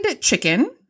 chicken